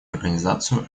организацию